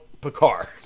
Picard